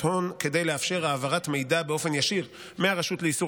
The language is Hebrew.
הון כדי לאפשר העברת מידע באופן ישיר מהרשות לאיסור